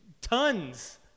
tons